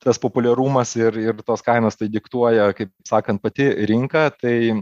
tas populiarumas ir ir tos kainos tai diktuoja kaip sakant pati rinka tai